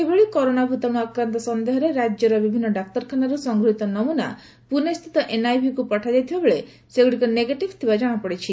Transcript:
ସେହିଭଳି କରୋନା ଭ୍ତାଣୁ ଆକ୍ରାନ୍ତ ସନ୍ଦେହରେ ରାଜ୍ୟର ବିଭିନ୍ ଡାକ୍ତରଖାନାରୁ ସଂଗୃହୀତ ନମନା ପୁନେସ୍ପିତ ଏନ୍ଆଇଭିକୁ ପଠାଯାଇଥିବାବେଳେ ସେଗୁଡ଼ିକ ନେଗେଟିଭ୍ ଥିବା ଜଣାପଡିଛି